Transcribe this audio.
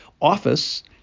office